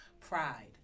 pride